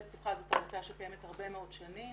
פתוחה זאת עמותה שקיימת הרבה מאוד שנים.